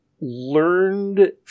learned